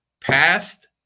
past